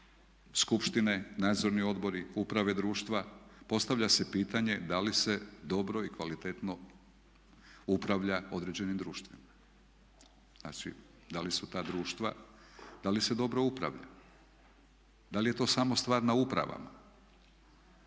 skupštine, nadzorni odbori, uprave društva. Postavlja se pitanje da li se dobro i kvalitetno upravlja određenim društvima, znači da li su ta društva, da li se dobro upravlja, da li je to samo stvar na upravama?